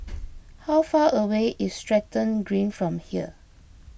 how far away is Stratton Green from here